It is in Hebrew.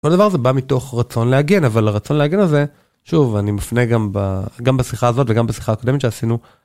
הדבר זה בא מתוך רצון להגן, אבל רצון להגן הזה, שוב, אני מפנה גם גם בשיחה הזאת וגם בשיחה הקודמת שעשינו